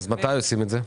אז מתי עושים את זה?